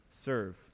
serve